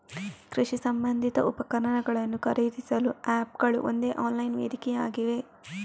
ಕೃಷಿ ಸಂಬಂಧಿತ ಉಪಕರಣಗಳನ್ನು ಖರೀದಿಸಲು ಆಪ್ ಗಳು ಒಂದು ಆನ್ಲೈನ್ ವೇದಿಕೆಯಾಗಿವೆ